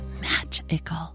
magical